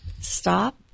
stop